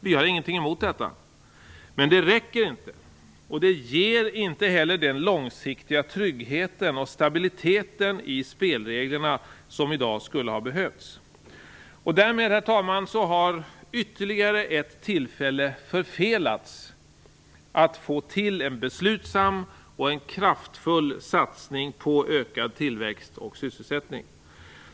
Vi har ingenting emot detta, men det räcker inte, och det ger inte heller den långsiktiga trygghet och stabilitet i spelreglerna som i dag skulle ha behövts. Därmed, herr talman, har ytterligare ett tillfälle att få till en beslutsam och kraftfull satsning på ökad tillväxt och sysselsättning förfelats.